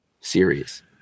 series